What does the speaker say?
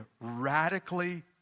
radically